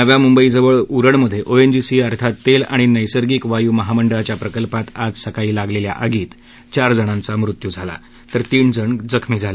नव्या मुंबईजवळ उरणमधे ओएनजीसी अर्थात तेल आणि नैसर्गिक वायू महामंडळाच्या प्रकल्पात आज सकाळी लागलेल्या आगीत चार जणांचा मृत्यू झाला तर तीन जण जखमी झाले